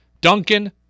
Duncan